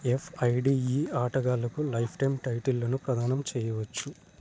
FIDE ఆటగాళ్లకు lifetime టైటిళ్ళను ప్రదానం చెయ్యవచ్చు